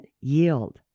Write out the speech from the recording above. yield